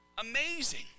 Amazing